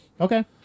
Okay